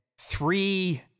three